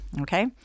okay